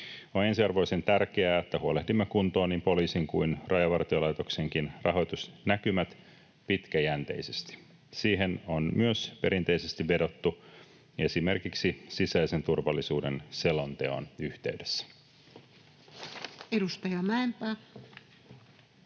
On ensiarvoisen tärkeää, että huolehdimme kuntoon niin poliisin kuin Rajavartiolaitoksenkin rahoitusnäkymät pitkäjänteisesti. Siihen on myös perinteisesti vedottu esimerkiksi sisäisen turvallisuuden selonteon yhteydessä. [Speech